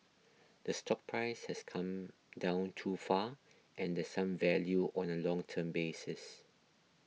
the stock price has come down too far and the some value on a long term basis